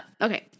okay